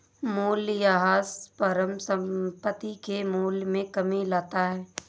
मूलयह्रास परिसंपत्ति के मूल्य में कमी लाता है